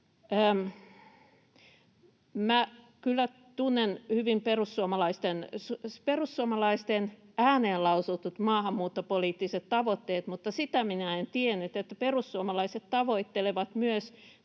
tunnen hyvin perussuomalaisten ääneen lausutut maahanmuuttopoliittiset tavoitteet, mutta sitä minä en tiennyt, että perussuomalaiset tavoittelevat myös